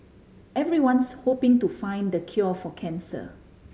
everyone's hoping to find the cure for cancer